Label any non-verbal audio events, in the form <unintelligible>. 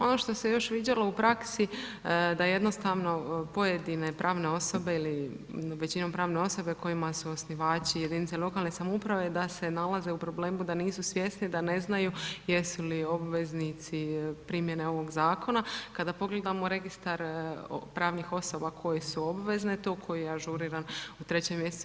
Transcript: Ono što se još viđalo u praksi da jednostavno pojedine pravne osobe ili većinom pravne osobe kojima su osnivači jedinice lokalne samouprave da se nalaze u problemu da nisu svjesni da ne znaju jesu li obveznici primjene ovoga zakona, kada pogledamo Registar pravnih osoba koje su obvezne, ... <unintelligible> ažuriran u 3. mj.